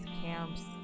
camps